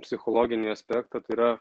psichologinį aspektą tai yra